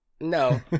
No